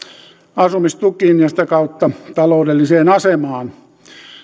asumistukiin ja sitä kautta taloudelliseen asemaan